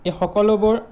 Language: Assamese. এই সকলোবোৰ